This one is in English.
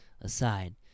aside